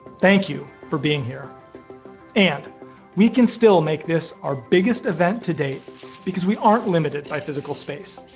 thank you for being here and we can still make this our biggest event to date because we aren't limited by physical space.